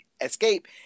escape